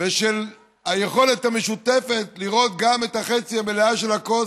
ושל היכולת המשותפת לראות גם את החצי המלא של הכוס.